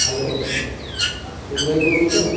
hello Purna ଭାଇ କହୁଛନ୍ତି ତ